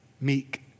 meek